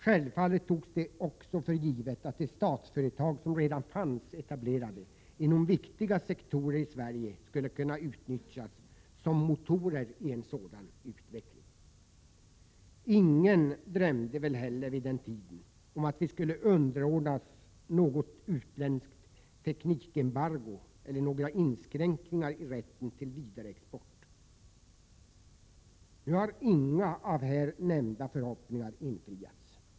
Självfallet togs det också för givet att de statsföretag som redan fanns etablerade inom viktiga sektorer i Sverige skulle kunna utnyttjas som motorer i en sådan utveckling. Ingen drömde väl heller vid den tiden om att vi skulle underordna oss något utländskt teknikembargo eller några inskränkningar i rätten till vidare export. Nu har inga av här nämnda förhoppningar infriats.